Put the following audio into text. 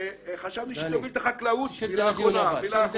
שחשבנו שתוביל את החקלאות בישראל,